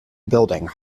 building